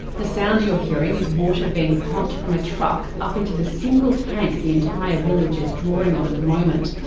the sound you're hearing is water being pumped from a truck up into the single tank the entire village is drawing on at the moment.